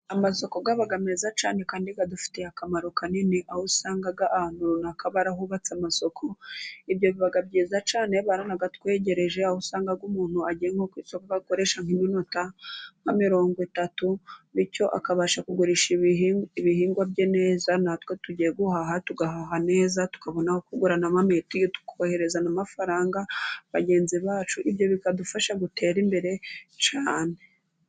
Amasoko aba meza cyane kandi adufitiye akamaro kanini, aho usanga ahantu runaka barahubatse amasoko. Ibyo biba byiza cyane. Barayatwegereje aho usanga umuntu agiye nko ku isoko akoresha nk'iminota nka mirongo itatu. Bityo akabasha kugurisha ibihingwa bye neza. Natwe tugiye guhaha, tugahaha neza, tubona n'uko tugura na mituyu tukohereza amafaranga bagenzi bacu. Ibyo bikadufasha gutera imbere cyane.